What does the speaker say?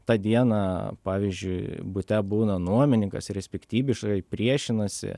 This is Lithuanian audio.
tą dieną pavyzdžiui bute būna nuomininkas ir jis piktybiškai priešinasi